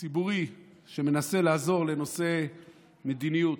ציבורי שמנסה לעזור בנושא המדיניות,